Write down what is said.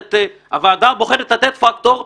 מסמיכה את הוועדה הבוחנת לתת פקטור,